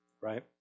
right